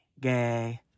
gay